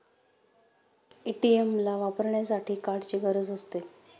ATM ला वापरण्यासाठी कार्डची गरज असते